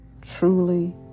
truly